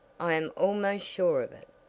i am almost sure of it.